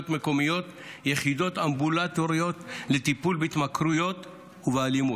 מקומיות יחידות אמבולטוריות לטיפול בהתמכרויות ובאלימות.